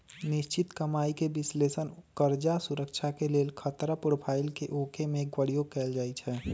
निश्चित कमाइके विश्लेषण कर्जा सुरक्षा के लेल खतरा प्रोफाइल के आके में प्रयोग कएल जाइ छै